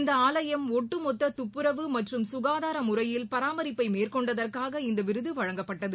இந்த ஆலயம் ஒட்டு மொத்த துப்புரவு மற்றும் சுகாதார முறையில் பராமரிப்பை மேற்கொண்டதற்காக இந்த விருது வழங்கப்பட்டது